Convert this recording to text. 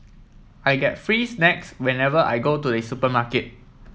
I get free snacks whenever I go to the supermarket